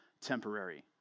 temporary